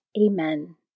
Amen